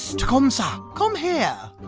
tecumseh, come here.